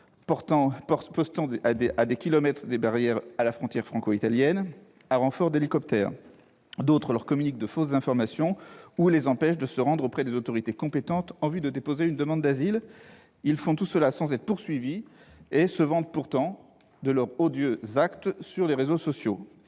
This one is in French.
postant des kilomètres de barrières à la frontière franco-italienne à renfort d'hélicoptères. D'autres leur communiquent de fausses informations ou les empêchent de se rendre auprès des autorités compétentes en vue de déposer une demande d'asile. Ils font tout cela sans être poursuivis et se vantent pourtant de leurs odieux actes sur les réseaux sociaux.